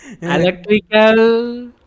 Electrical